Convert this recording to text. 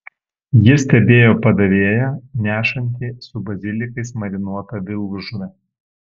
ji stebėjo padavėją nešantį su bazilikais marinuotą vilkžuvę